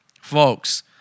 folks